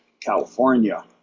California